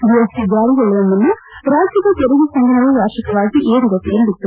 GST ಜಾರಿಗೊಳ್ಳುವ ಮುನ್ನ ರಾಜ್ಯದ ತೆರಿಗೆ ಸಂಗ್ರಹವು ವಾರ್ಷಿಕವಾಗಿ ಏರುಗತಿಯಲ್ಲಿತ್ತು